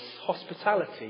hospitality